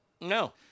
No